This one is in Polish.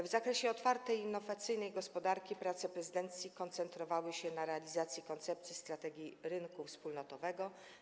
W zakresie otwartej i innowacyjnej gospodarki prace prezydencji koncentrowały się na realizacji koncepcji strategii rynku wspólnotowego.